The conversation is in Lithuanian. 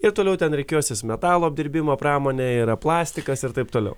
ir toliau ten rikiuosis metalo apdirbimo pramonė yra plastikas ir taip toliau